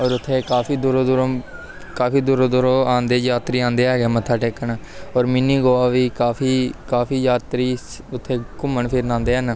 ਔਰ ਉੱਥੇ ਕਾਫੀ ਦੂਰੋਂ ਦੂਰੋਂ ਕਾਫੀ ਦੂਰੋਂ ਦੂਰੋਂ ਆਉਂਦੇ ਯਾਤਰੀ ਆਉਂਦੇ ਹੈਗੇ ਆ ਮੱਥਾ ਟੇਕਣ ਔਰ ਮਿੰਨੀ ਗੋਆ ਵੀ ਕਾਫੀ ਕਾਫੀ ਯਾਤਰੀ ਸ ਉੱਥੇ ਘੁੰਮਣ ਫਿਰਨ ਆਉਂਦੇ ਹਨ